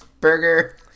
Burger